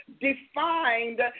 defined